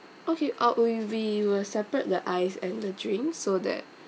okay uh we'll be we will separate the ice and the drink so that